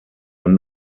ein